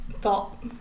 thought